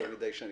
טמיר